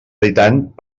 editant